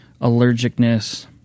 allergicness